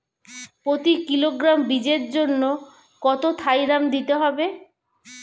প্রতি কিলোগ্রাম বীজের জন্য কত থাইরাম দিতে হবে?